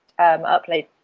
upload